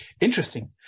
Interesting